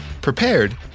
prepared